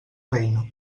reina